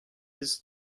his